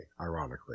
ironically